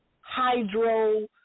hydro